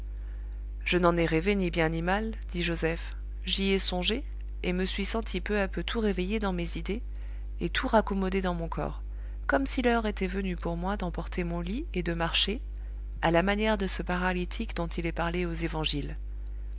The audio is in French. je n'en ai rêvé ni bien ni mal dit joseph j'y ai songé et me suis senti peu à peu tout réveillé dans mes idées et tout raccommodé dans mon corps comme si l'heure était venue pour moi d'emporter mon lit et de marcher à la manière de ce paralytique dont il est parlé aux évangiles